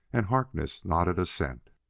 and harkness nodded assent.